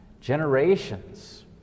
generations